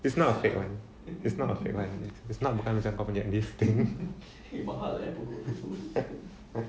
it's not a fake one it's not a fake one it's not bukan macam kau punya this thing